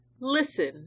Listen